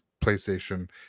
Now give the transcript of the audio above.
PlayStation